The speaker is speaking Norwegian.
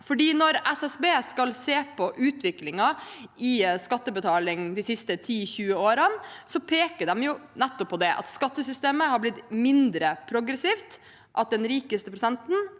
når SSB skal se på utviklingen i skattebetaling de siste 10–20 årene, peker de nettopp på det: at skattesystemet har blitt mindre progressivt, og at den rikeste prosenten